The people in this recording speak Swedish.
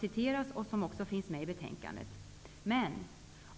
citerades här och som finns som bilaga till betänkandet.